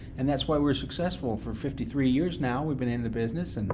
and that's why we're successful. for fifty-three years now, we've been in the business. and